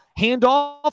handoff